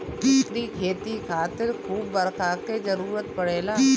एकरी खेती खातिर खूब बरखा के जरुरत पड़ेला